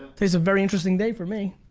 today's a very interesting day for me.